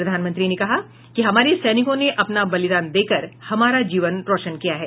प्रधानमंत्री ने कहा कि हमारे सैनिकों ने अपना बलिदान देकर हमारा जीवन रोशन किया है